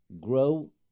grow